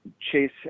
Chase